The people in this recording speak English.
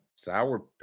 Sour